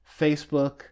Facebook